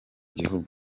gihugu